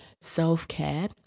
self-care